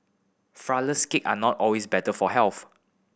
flourless cake are not always better for health